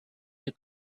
you